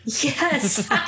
Yes